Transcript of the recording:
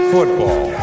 Football